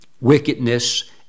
wickedness